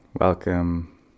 Welcome